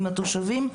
עם התושבים,